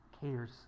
cares